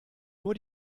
nur